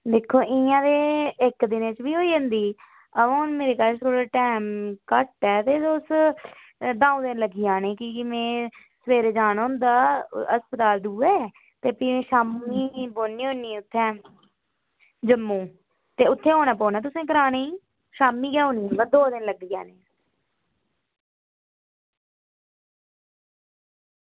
दिक्खो इ'यां ते इक्क दिन च बी होई जंदी बा मेरे कश हून टैम घट्ट ऐ ते तुस द'ऊं दिन लग्गी जाने की के में ते फ्ही शामीं बौह्नी होनी उत्थै जम्मू ते उत्थै औना पौना तुसें कराने ई शामीं गै औनी ते दो दिन लग्गी जाने